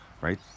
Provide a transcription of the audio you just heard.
Right